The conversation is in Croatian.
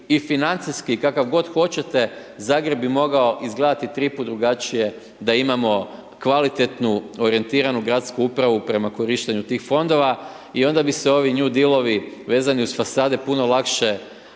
i financijski, kakav god hoćete, Zagreb bi mogao izgledati tri put drugačije da imamo kvalitetnu orijentiranu gradsku upravu prema korištenju tih Fondova, i onda bi se ovi new deal-ovi vezani uz fasade puno lakše